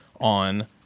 on